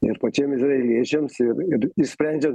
ir pačiam izraeliečiams ir išsprendžia